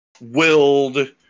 willed